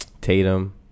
Tatum